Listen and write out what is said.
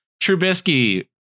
Trubisky